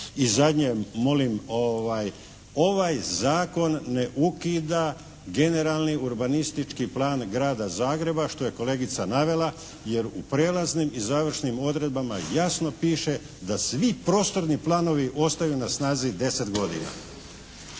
I zadnje molim, ovaj zakon ne ukida generalni urbanistički plan Grada Zagreba što je kolegica navela, jer u prijelaznim i završnim odredbama jasno piše da svi prostorni planovi ostaju na snazi 10 godina.